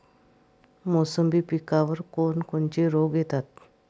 मोसंबी पिकावर कोन कोनचे रोग येतात?